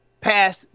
Pass